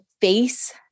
face